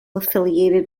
affiliated